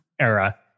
era